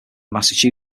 newton